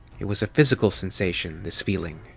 it was a physical sensation, this feeling,